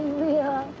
real!